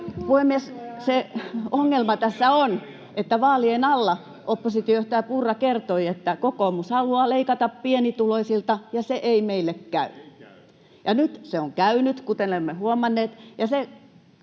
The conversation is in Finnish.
Puhemies, se ongelma tässä on, että vaalien alla oppositiojohtaja Purra kertoi, että kokoomus haluaa leikata pienituloisilta ja se ei käy. [Antti Lindtman: Ei käy!] Ja nyt se on käynyt, kuten olemme huomanneet.